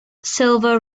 silver